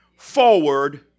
Forward